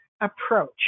approach